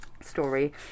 story